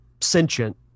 sentient